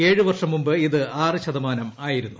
ഏഴു വർഷം മുമ്പ് ഇത് ആറ് ശതമാനമായിരുന്നു